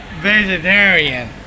vegetarian